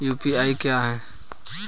UPI क्या है?